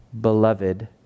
beloved